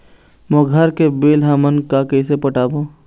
मोर घर के बिल हमन का कइसे पटाबो?